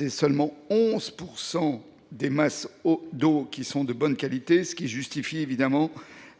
Loire, seulement 11 % de la masse d’eau est de bonne qualité. Cela justifie évidemment